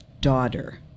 daughter